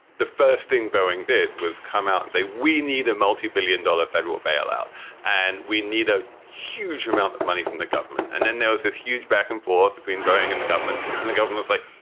the first thing boeing did was come out and say, we need a multi-billion dollar federal bailout and we need a huge amount of money from the government. and then there was this huge back and forth between boeing and the government. and the government's like,